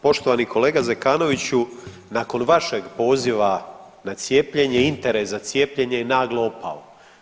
Poštovani kolega Zekanoviću nakon vašeg poziva na cijepljenje, interes za cijepljenje je naglo opao.